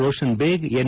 ರೋಷನ್ ದೇಗ್ ಎನ್